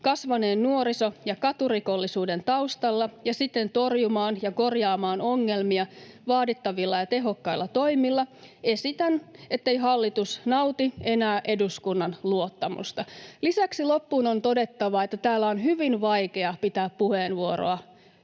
kasvaneen nuoriso- ja katurikollisuuden taustalla ja siten torjumaan ja korjaamaan ongelmia vaadittavilla ja tehokkailla toimilla, esitän, ettei hallitus nauti enää eduskunnan luottamusta.” Lisäksi loppuun on todettava, että täällä on hyvin vaikea pitää puheenvuoroa,